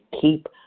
keep